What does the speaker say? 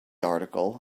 article